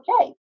okay